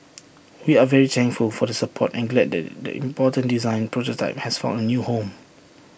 we are very thankful for the support and glad that the important design prototype has found A new home